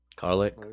garlic